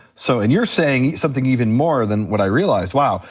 so and you're saying something even more than what i realized, wow,